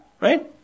right